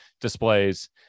displays